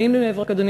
80 מבני-ברק,